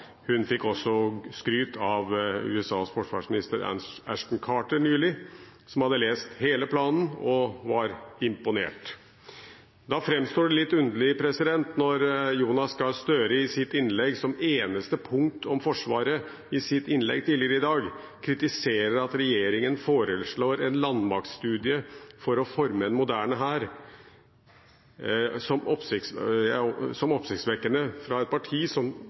Hun fikk også skryt av USAs forsvarsminister Ashton Carter nylig, som hadde lest hele planen og var «imponert». Da framstår det litt underlig når Jonas Gahr Støre som eneste punkt om Forsvaret i sitt innlegg tidligere i dag kritiserer at regjeringen foreslår en landmaktstudie for å forme en moderne hær. Det er oppsiktsvekkende fra et parti som